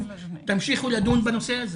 תמשיכו לדון בנושא הזה